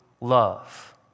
love